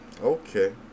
Okay